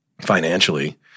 financially